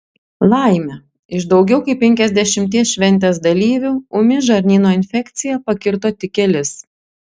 laimė iš daugiau kaip penkiasdešimties šventės dalyvių ūmi žarnyno infekcija pakirto tik kelis